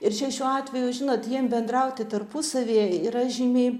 ir čia šiuo atveju žinot jiem bendrauti tarpusavyje yra žymiai